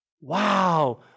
wow